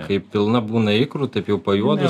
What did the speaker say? kai pilna būna ikrų taip jau pajuodus